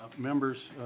ah members